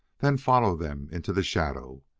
then follow them into the shadow.